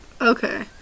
okay